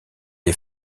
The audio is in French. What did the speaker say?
les